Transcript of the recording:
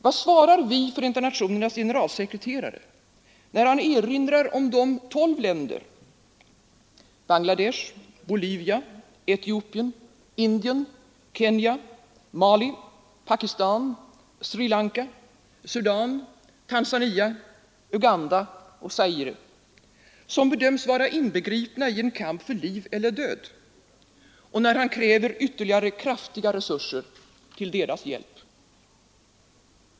Vad svarar vi Förenta nationernas generalsekreterare när han erinrar om de tolv länder, Bangladesh, Bolivia, Etiopien, Indien, Kenya, Mali, Pakistan, Sri Lanka, Sudan, Tanzania, Uganda och Zaire, som bedöms vara inbegripna i en kamp för liv eller död, och när han kräver ytterligare kraftiga resurser till deras hjälp?